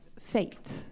fate